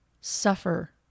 suffer